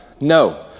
No